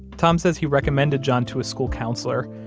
tom says he recommended john to a school counselor,